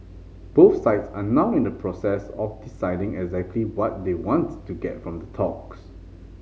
both sides are now in the process of deciding exactly what they wants to get from the talks